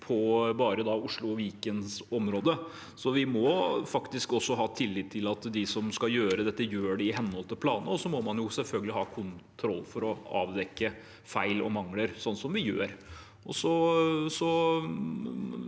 på Oslo og Vikens område. Så vi må faktisk også ha tillit til at de som skal gjøre dette, gjør det i henhold til planene, og så må man selvfølgelig ha kontroller for å avdekke feil og mangler, slik vi gjør. Ingen